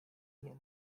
unit